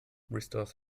restores